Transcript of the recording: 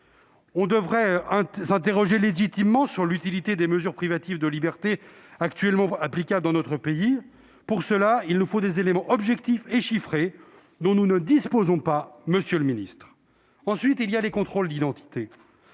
de s'interroger sur l'utilité des mesures privatives de liberté actuellement applicables dans notre pays. Pour cela, il nous faudrait des éléments objectifs et chiffrés, dont nous ne disposons pas, monsieur le ministre ! Je m'y oppose, ensuite, en raison des contrôles d'identité